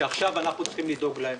שעכשיו אנחנו צריכים לדאוג להם.